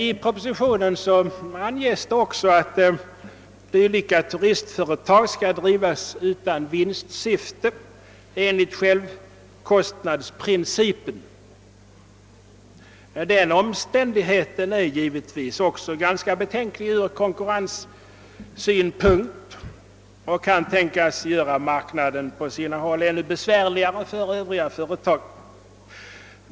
I propositionen anges också att sådana här turistföretag skall drivas utan vinstsyfte enligt självkostnadsprincipen. Men detta är givetvis ganska betänkligt ur konkurrenssynpunkt det kan inträffa att man härigenom på sina håll gör det ännu besvärligare för övriga företag.